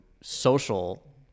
Social